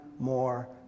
more